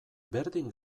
berdin